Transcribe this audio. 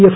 F